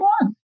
one